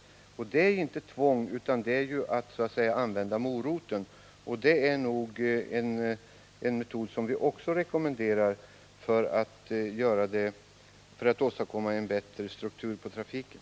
Då är det inte fråga om tvång, utan i stället om att hålla fram en morot för trafikanterna. Det är en annan av oss rekommenderad metod för att åstadkomma en bättre struktur på trafiken.